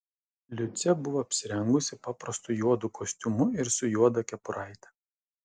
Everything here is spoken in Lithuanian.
liucė buvo apsirengusi paprastu juodu kostiumu ir su juoda kepuraite